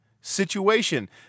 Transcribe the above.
situation